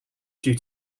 due